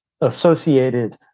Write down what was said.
associated